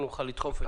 נוכל לדחוף את זה.